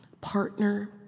partner